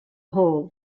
hole